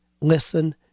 listen